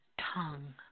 tongue